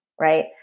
right